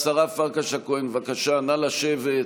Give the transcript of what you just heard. השרה פרקש הכהן, בבקשה, נא לשבת.